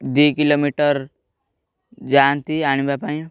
ଦୁଇ କିଲୋମିଟର ଯାଆନ୍ତି ଆଣିବା ପାଇଁ